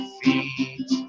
feet